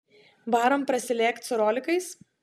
varom prasilėkt su rolikais